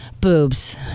Boobs